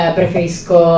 preferisco